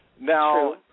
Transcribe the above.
Now